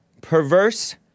perverse